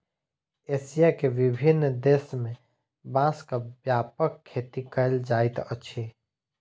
Asia के विभिन्न देश में बांसक व्यापक खेती कयल जाइत अछि